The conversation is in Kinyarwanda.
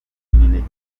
imineke